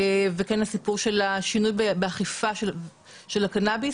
וכן הסיפור של השינוי באכיפה של הקנאביס,